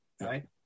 right